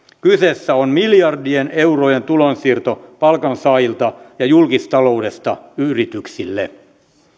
kyseessä on miljardien eurojen tulonsiirto palkansaajilta ja julkistaloudesta yrityksille